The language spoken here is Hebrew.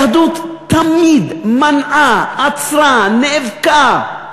היהדות תמיד מנעה, עצרה נאבקה,